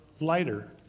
lighter